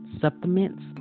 supplements